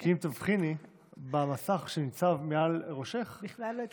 כי אם תבחיני במסך שניצב מעל ראשך, בכלל לא התחלת.